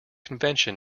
convention